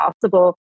possible